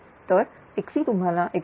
तर XC तुम्हाला 102